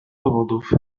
powodów